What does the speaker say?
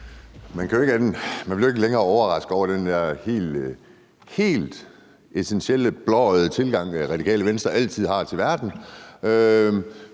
Man bliver jo ikke længere overrasket over den der helt essentielle blåøjede tilgang, Radikale Venstre altid har til verden.